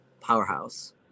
powerhouse